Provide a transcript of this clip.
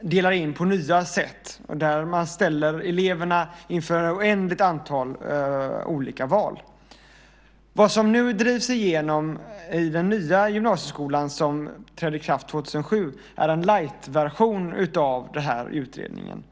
delar in på nya sätt, där man ställer eleverna inför ett oändligt antal olika val. Vad som nu drivs igenom i den nya gymnasieskolan som träder i kraft 2007 är en light version av utredningen.